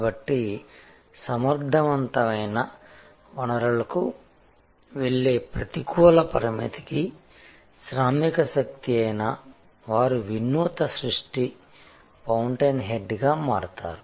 కాబట్టి సమర్థవంతమైన వనరులకు వెళ్లే ప్రతికూల పరిమితికి శ్రామికశక్తి అయినా వారు వినూత్న సృష్టి ఫౌంటెన్హెడ్గా మారతారు